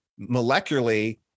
molecularly